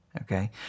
Okay